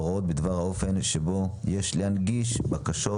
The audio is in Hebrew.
הוראות בדבר האופן שבו יש להנגיש בקשות